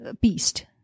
Beast